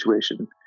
situation